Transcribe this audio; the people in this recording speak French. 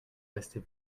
rester